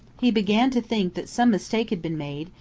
he began to think that some mistake had been made,